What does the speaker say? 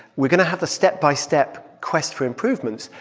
we're going to have the step-by-step quest for improvements,